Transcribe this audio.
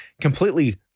completely